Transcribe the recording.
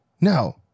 no